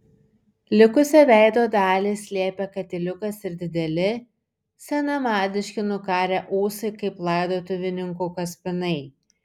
likusią veido dalį slėpė katiliukas ir dideli senamadiški nukarę ūsai kaip laidotuvininkų kaspinai